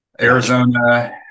Arizona